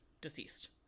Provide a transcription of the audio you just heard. deceased